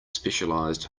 specialized